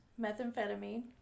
methamphetamine